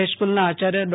હાઈસ્કુલના આયાર્થ ડો